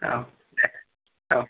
औ दे औ